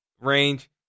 range